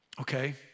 Okay